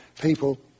people